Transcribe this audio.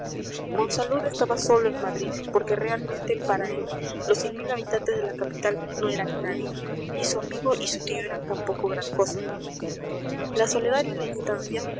monsalud estaba solo en madrid porque realmente para él los cien mil habitantes de la capital no eran nadie ni su amigo y su tío eran tampoco gran cosa la soledad y la distancia